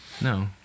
No